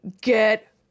get